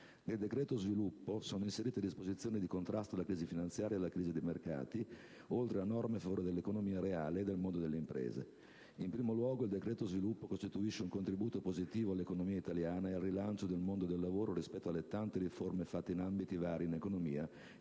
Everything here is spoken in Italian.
decreto sviluppo sono inserite disposizioni di contrasto alla crisi finanziaria e alla crisi dei mercati oltre a norme a favore dell'economia reale e del mondo delle imprese. In primo luogo, il provvedimento costituisce un contributo positivo all'economia italiana e al rilancio del mondo del lavoro rispetto alle tante riforme fatte in vari ambiti dell'economia